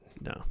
No